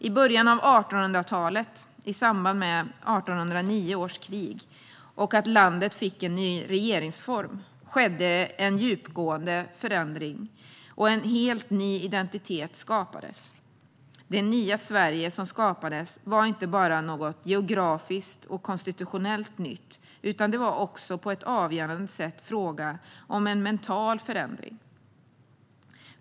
I början av 1800talet, i samband med 1809 års krig och att landet fick en ny regeringsform, skedde en djupgående förändring och en helt ny identitet skapades. Det nya Sverige som skapades var inte bara något geografiskt och konstitutionellt nytt, utan det var också på ett avgörande sätt fråga om en mental förändring.